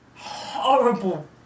horrible